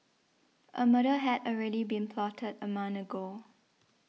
a murder had already been plotted a month ago